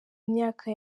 myaka